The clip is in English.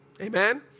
Amen